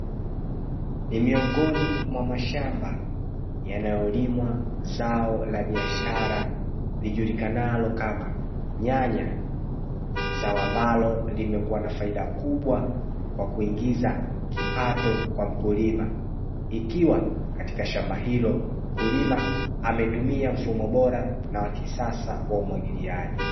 Ni miongoni mwa mashamba yanayolimwa zao la biashara lijulikanalo kama nyanya, zao ambalo limekuwa na faida kubwa kwa kuingiza kipato kwa mkulima ikiwa katika shamba hilo mkulima ametumia mfumo bora na wa kisasa wa umwagiliaji.